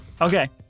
Okay